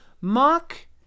Mark